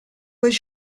was